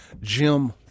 Jim